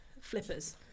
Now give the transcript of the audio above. Flippers